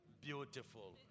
beautiful